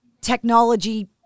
technology